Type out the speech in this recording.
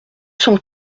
cent